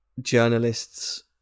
journalists